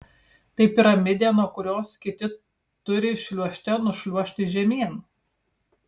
tai piramidė nuo kurios kiti turi šliuožte nušliuožti žemyn